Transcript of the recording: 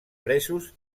presos